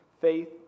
faith